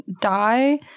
die